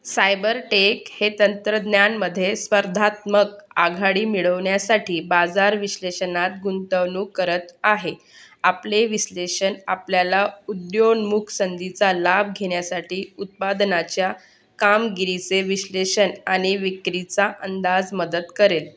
cyber tech हे तंत्रज्ञानामध्ये स्पर्धात्मक आघाडी मिळवण्यासाठी बाजार विश्लेषणात गुंतवणूक करत आहे आपले विश्लेषण आपल्याला उदयोन्मुख संधीचा लाभ घेण्यासाठी उत्पादनाच्या कामगिरीचे विश्लेषण आणि विक्रीचा अंदाज मदत करेल